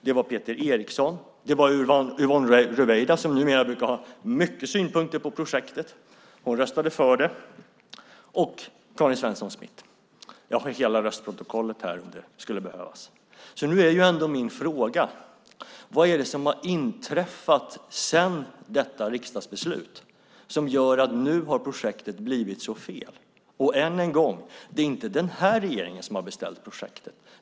Det var Peter Eriksson. Det var Yvonne Ruwaida som numera brukar ha mycket synpunkter på projektet - hon röstade då för det. Och det var Karin Svensson Smith. Jag har hela röstprotokollet här, om det skulle behövas. Nu är ändå min fråga: Vad är det som har inträffat sedan detta riksdagsbeslut som gör att projektet nu har blivit så fel? Jag säger än en gång att det inte är den här regeringen som har beställt projektet.